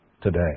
today